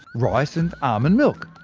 rice and almond milk.